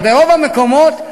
אבל ברוב המקומות,